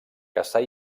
caçar